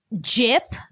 Jip